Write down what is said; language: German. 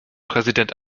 präsident